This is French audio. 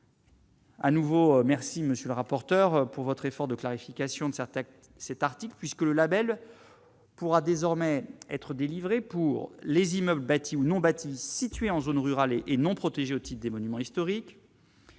à nouveau, merci monsieur le rapporteur, pour votre effort de clarification de certains cet article puisque le Label pourra désormais être délivrés pour les immeubles bâtis ou non bâtis situés en zone rurale et et non protégés aussi des monuments historiques.